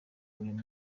uyu